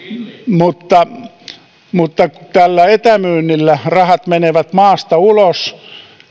mutta mutta tällä etämyynnillä rahat menevät maasta ulos